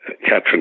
Catherine